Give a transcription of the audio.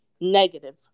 negative